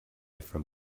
from